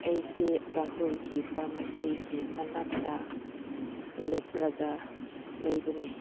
ꯑꯩꯁꯤ ꯔꯥꯍꯨꯜꯒꯤ ꯐꯥꯔꯃꯥꯁꯤꯒꯤ ꯃꯅꯥꯛꯇ ꯂꯦꯞꯂꯒ ꯂꯩꯕꯅꯦ